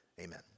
Amen